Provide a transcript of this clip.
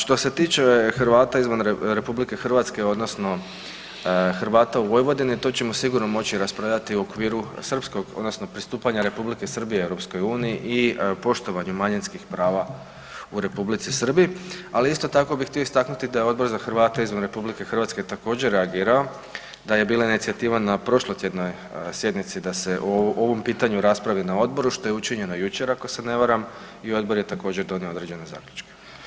Što se tiče Hrvata izvan RH, odnosno Hrvata u Vojvodini, to ćemo sigurno moći raspravljati u okviru srpskog, odnosno pristupanja R. Srbije EU-i i poštovanju manjinskih prava u R. Srbiji, ali isto tako bih htio istaknuti da je Odbor za Hrvate izvan RH također reagirao, da je bila inicijativa na prošlotjednoj sjednici da se o ovom pitanju raspravi na Odboru, što je učinjeno jučer, ako se ne varam i odbor je također, donio određene zaključke.